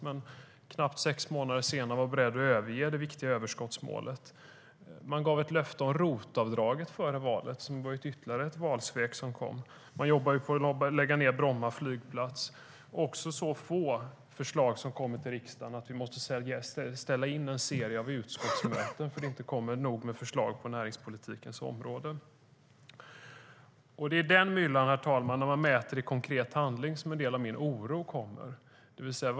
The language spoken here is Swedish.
Men knappt sex månader senare var man beredd att överge det viktiga överskottsmålet. Man gav före valet ett löfte om ROT-avdraget, vilket blev till ytterligare ett valsvek. Man jobbar på att lägga ned Bromma flygplats, och det är så få förslag som kommer till riksdagen att vi blir tvungna att ställa in en serie utskottsmöten. Det kommer nämligen inte nog med förslag på näringspolitikens område. Det är ur den myllan, alltså när man mäter det i konkret handling, som en del av min oro kommer, herr talman.